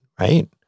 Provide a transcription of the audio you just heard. right